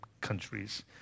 countries